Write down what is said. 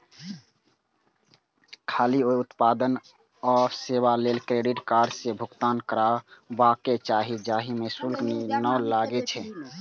खाली ओइ उत्पाद आ सेवा लेल क्रेडिट कार्ड सं भुगतान करबाक चाही, जाहि मे शुल्क नै लागै छै